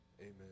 amen